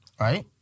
right